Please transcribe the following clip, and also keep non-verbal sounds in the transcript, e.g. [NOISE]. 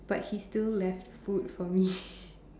but he still left food for me [BREATH]